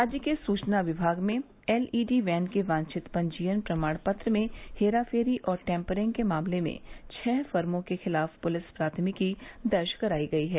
राज्य के सूचना विभाग में एलईडी वैन के वांछित पंजीयन प्रमाण पत्र में हेराफेरी और टैम्परिंग के मामले में छह फर्मे के खिलाफ पुलिस प्राथमिकी दर्ज कराई गई है